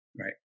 Right